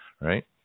right